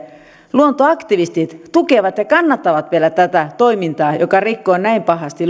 luontoaktivistit tukevat ja kannattavat vielä tätä toimintaa joka rikkoo näin pahasti